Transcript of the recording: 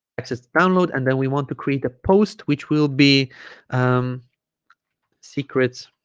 access to download and then we want to create a post which will be um secrets